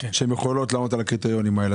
שהן יכולות לענות על הקריטריונים האלה,